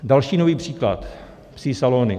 Další nový příklad psí salony.